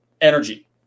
energy